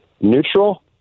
Neutral